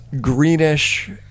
greenish